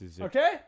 okay